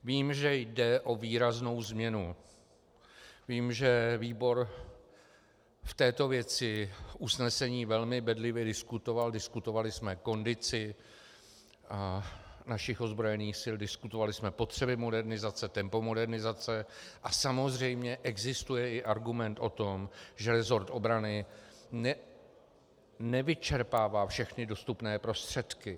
Vím, že jde o výraznou změnu, vím, že výbor v této věci usnesení velmi bedlivě diskutoval, diskutovali jsme kondici našich ozbrojených sil, diskutovali jsme potřeby modernizace, tempo modernizace a samozřejmě i existuje i argument o tom, že resort obrany nevyčerpává všechny dostupné prostředky.